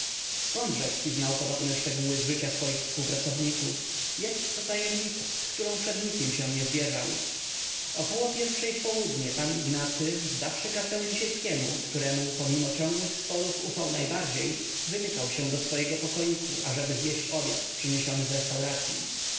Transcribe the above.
zkąd rzecki znał podobne szczegóły z życia swoich współpracowników jest to tajemnica z którą przed nikim się nie zwierzał około pierwszej w południe pan ignacy zdawszy kasę lisieckiemu któremu pomimo ciągłych sporów ufał najbardziej wymykał się do swego pokoiku ażeby zjeść obiad przyniesiony z restauracyi